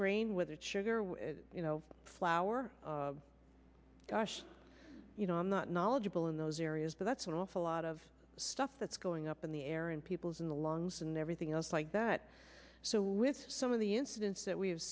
grain whether it's sugar you know flour gosh you know i'm not knowledgeable in those areas but that's an awful lot of stuff that's going up in the air in people's in the lungs and everything else like that so with some of the incidents that